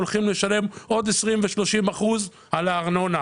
הולכים לשלם עוד 20%-30% על הארנונה,